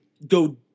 go